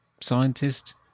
scientist